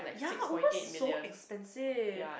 ya Uber is so expensive